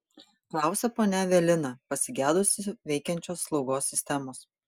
klausė ponia evelina pasigedusi veikiančios slaugos sistemos